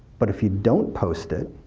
but if you don't post it,